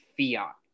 fiat